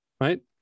Right